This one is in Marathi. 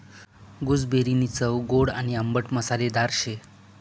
गूसबेरीनी चव गोड आणि आंबट मसालेदार शे